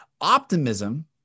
Optimism